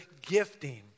gifting